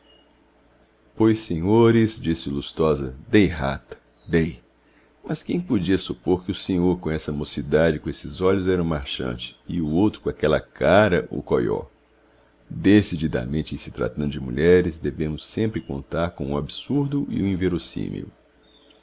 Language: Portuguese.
pois senhores disse o lustosa dei rata dei mas quem podia supor que o senhor com essa mocidade e com esses olhos era o marchante e o outro com aquela cara o coió decididamente em se tratando de mulheres devemos sempre contar com o absurdo e o inverossímil